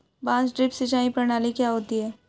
बांस ड्रिप सिंचाई प्रणाली क्या होती है?